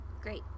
Great